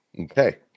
Okay